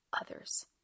others